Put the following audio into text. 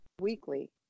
weekly